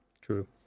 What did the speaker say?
True